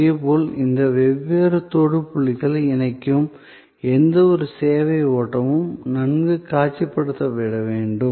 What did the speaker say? இதேபோல் இந்த வெவ்வேறு தொடு புள்ளிகளை இணைக்கும் இந்த சேவை ஓட்டமும் நன்கு காட்சிப்படுத்தப்பட வேண்டும்